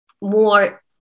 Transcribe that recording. more